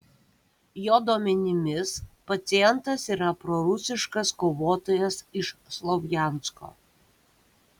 jo duomenimis pacientas yra prorusiškas kovotojas iš slovjansko